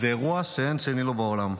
זה אירוע שאין שני לו בעולם.